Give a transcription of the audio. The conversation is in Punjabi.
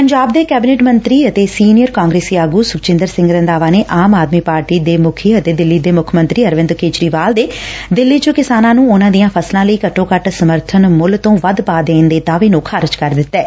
ਪੰਜਾਬ ਦੇ ਕੈਬਨਿਟ ਮੰਤਰੀ ਅਤੇ ਸੀਨੀਅਰ ਕਾਂਗਰਸੀ ਆਗੁ ਸੁਖਜਿੰਦਰ ਸਿੰਘ ਰੰਧਾਵਾ ਨੇ ਆਮ ਆਦਮੀ ਪਾਰਟੀ ਦੇ ਮੁੱਖੀ ਅਤੇ ਦਿੱਲੀ ਦੇ ਮੁੱਖ ਮੰਤਰੀ ਅਰਵਿੰਦ ਕੇਜਰੀਵਾਲ ਦੇ ਦਿੱਲੀ ਚ ਕਿਸਾਨਾਂ ਨੂੰ ਉਨਾਂ ਦੀਆਂ ਫਸਲਾਂ ਲਈ ਘੱਟੋ ਘੱਟ ਸਮਰਬਨ ਮੁੱਲ ਤੋਂ ਵੱਧ ਭਾਅ ਦੇਣ ਦੇ ਦਾਅਵੇ ਨੂੰ ਖਾਰਜ ਕਰ ਦਿੱਤੈ